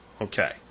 Okay